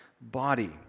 body